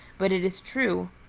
but it is true.